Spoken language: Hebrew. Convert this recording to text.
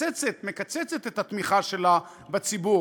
מקצצת את התמיכה שלה בציבור,